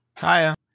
Hiya